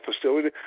facility